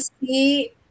see